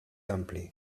ampli